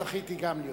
זכיתי גם להיות.